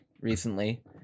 recently